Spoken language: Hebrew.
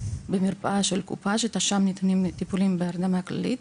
במרפאה של קופה ששם ניתנים טיפולים בהרדמה כללית.